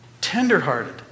tenderhearted